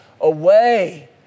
away